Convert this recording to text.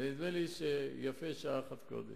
נדמה לי שיפה שעה אחת קודם.